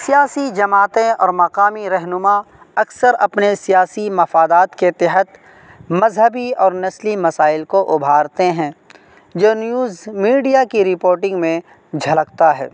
سیاسی جماعتیں اور مقامی رہنما اکثر اپنے سیاسی مفادات کے تحت مذہبی اور نسلی مسائل کو ابھارتے ہیں جو نیوز میڈیا کی رپوٹنگ میں جھلکتا ہے